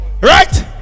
Right